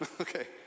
okay